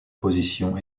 position